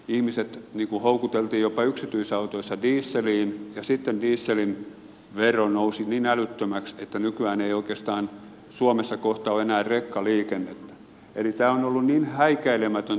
ihmiset houkuteltiin jopa yksityisautoissa dieseliin ja sitten dieselin vero nousi niin älyttömäksi että nykyään ei oikeastaan suomessa kohta ole enää rekkaliikennettä